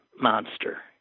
monster